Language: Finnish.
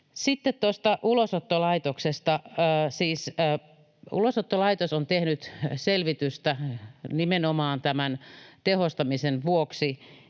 Sitten tuosta Ulosottolaitoksesta. Siis Ulosottolaitos on tehnyt selvitystä nimenomaan tämän tehostamisen vuoksi,